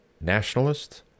nationalist